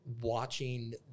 watching